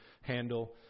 handle